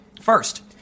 First